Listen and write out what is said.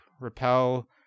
repel